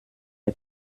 der